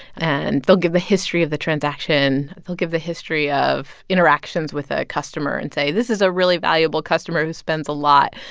and they'll give the history of the transaction. they'll give the history of interactions with a customer and say, this is a really valuable customer who spends a lot.